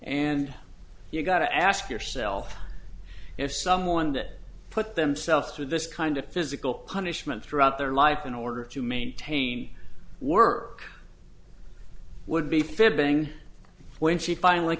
and you've got to ask yourself if someone did put themselves through this kind of physical punishment throughout their life in order to maintain work would be fibbing when she finally